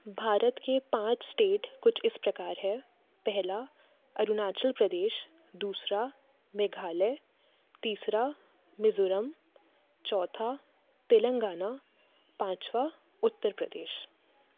भारत के पाँच स्टेट कुछ इस प्रकार हैं पहला अरुणांचाल प्रदेश दूसरा मेघालय तीसरा मिज़ोरम चौथा तेलंगाना पाँचवां उत्तर प्रदेश